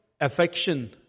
affection